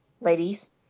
ladies